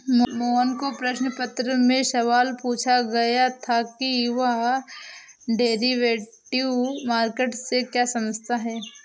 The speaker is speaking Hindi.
मोहन को प्रश्न पत्र में सवाल पूछा गया था कि वह डेरिवेटिव मार्केट से क्या समझता है?